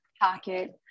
pocket